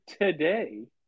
today